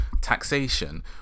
taxation